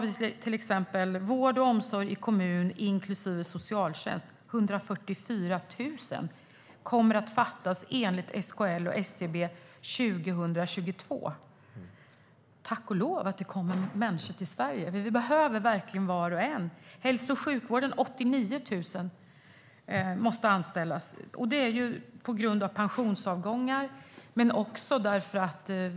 I till exempel vård och omsorg i kommun inklusive socialtjänst kommer det 2022 att fattas 144 000 enligt SKL och SCB. Tack och lov att det kommer människor till Sverige! Vi behöver verkligen var och en av dem. I hälso och sjukvården måste 89 000 anställas, och det är på grund av pensionsavgångar.